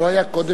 זה לא היה קודם?